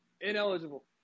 Ineligible